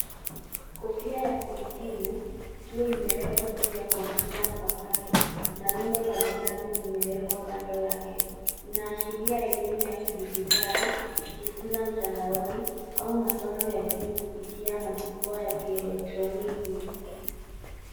Kofia ya kuhitimu ikiwa imewekwa juu ya kompyuta mpakato na rundo la vitabu vimewekwa kando yake. Inaashiria elimu ya kidijitali, kujifuza mtandaoni au masomo ya juu kupitia majukwaa ya kielectoniki .